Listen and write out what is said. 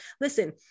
listen